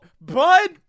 Bud